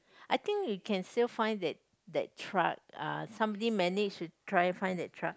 I think you can still find that that trade uh somebody manage to try and find that trad